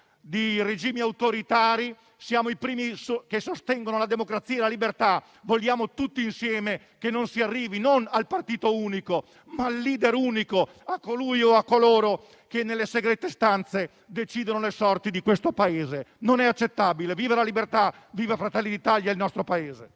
dei regimi autoritari e siamo i primi che sostengono la democrazia e la libertà. Vogliamo tutti insieme che non si arrivi non al partito unico, ma addirittura al *leader* unico, a colui o a coloro che nelle segrete stanze decidono le sorti di questo Paese. Non è accettabile. Viva la libertà, viva Fratelli d'Italia e il nostro Paese.